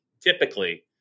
typically